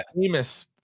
famous